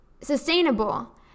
sustainable